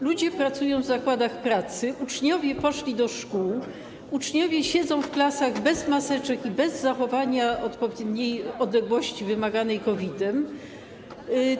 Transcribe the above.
Ludzie pracują w zakładach pracy, uczniowie poszli do szkół, uczniowie siedzą w klasach bez maseczek, bez zachowania odpowiedniej odległości wymaganej z powodu COVID-u.